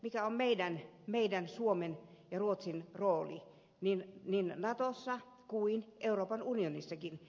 mikä on suomen ja ruotsin rooli niin natossa kuin euroopan unionissakin